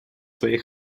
своей